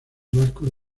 vasco